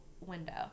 window